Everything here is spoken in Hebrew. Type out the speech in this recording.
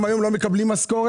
הם היום לא מקבלים משכורת?